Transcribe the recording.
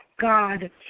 God